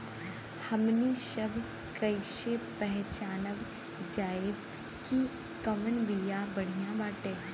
हमनी सभ कईसे पहचानब जाइब की कवन बिया बढ़ियां बाटे?